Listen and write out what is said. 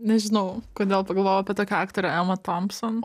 nežinau kodėl pagalvojau apie tokią aktorę emą thompson